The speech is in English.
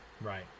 Right